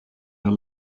her